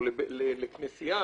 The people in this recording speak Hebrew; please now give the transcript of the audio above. או לכנסייה,